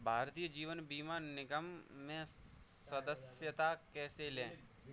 भारतीय जीवन बीमा निगम में सदस्यता कैसे लें?